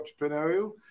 entrepreneurial